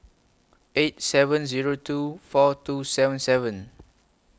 eight seven Zero two four two seven seven